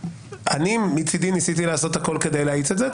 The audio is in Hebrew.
אני מצדי ניסיתי לעשות הכול כדי להאיץ את זה.